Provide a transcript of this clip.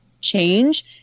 change